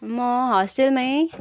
म होस्टेलमै